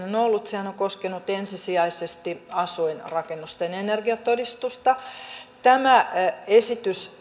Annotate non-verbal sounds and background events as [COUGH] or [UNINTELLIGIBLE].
[UNINTELLIGIBLE] on on ollut on koskenut ensisijaisesti asuinrakennusten energiatodistusta tämä esitys [UNINTELLIGIBLE]